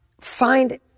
Find